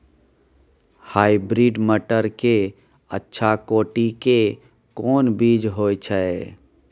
Hybrid मटर के अच्छा कोटि के कोन बीज होय छै?